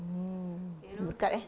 mm berkat eh